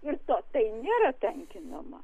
ir to tai nėra tankinama